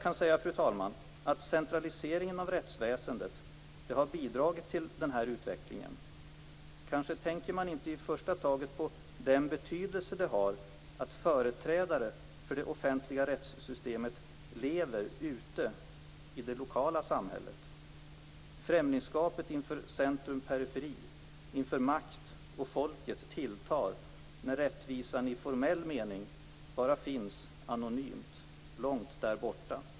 Centraliseringen av rättsväsendet har bidragit till den här utvecklingen. Kanske tänker man inte i första taget på den betydelse det har att företrädare för det offentliga rättssystemet lever ute i det lokala samhället. Främlingskapet mellan centrum och periferi, mellan makt och folket, tilltar när rättvisan i formell mening bara finns anonymt, långt där borta.